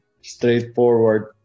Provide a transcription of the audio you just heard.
straightforward